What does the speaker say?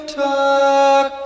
talk